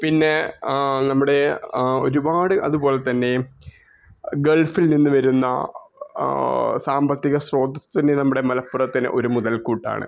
പിന്നെ നമ്മുടെ ഒരുപാട് അതിപോലെ തന്നെ ഗൾഫിൽ നിന്ന് വരുന്ന സാമ്പത്തിക സ്രോതസ്സിന് നമ്മുടെ മലപ്പുറത്തിന് ഒര് മുതൽ കൂട്ടാണ്